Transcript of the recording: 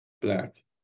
black